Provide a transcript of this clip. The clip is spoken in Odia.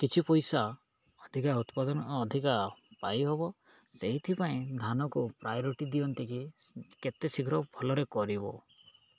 କିଛି ପଇସା ଅଧିକା ଉତ୍ପାଦନ ଅଧିକା ପାଇଁ ହେବ ସେଇଥିପାଇଁ ଧାନକୁ ପ୍ରାୟୋରିଟି ଦିଅନ୍ତି କି କେତେ ଶୀଘ୍ର ଭଲରେ କରିବ